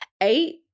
eight